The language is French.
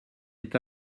est